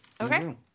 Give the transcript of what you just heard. Okay